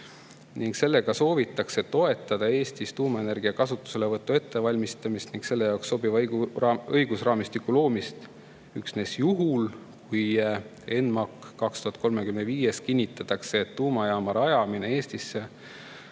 ning sellega soovitakse toetada Eestis tuumaenergia kasutuselevõtu ettevalmistamist ja selle jaoks sobiva õigusraamistiku loomist üksnes juhul, kui ENMAK 2035‑s kinnitatakse, et tuumajaama rajamine Eestisse